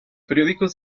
periódicos